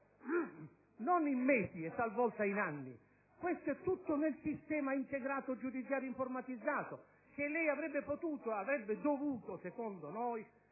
non in mesi e talvolta in anni. Questo è tutto nel sistema integrato giudiziario informatizzato che lei avrebbe potuto e dovuto - secondo noi